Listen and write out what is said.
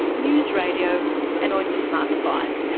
news radio and on your smart device,